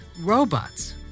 robots